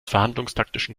verhandlungstaktischen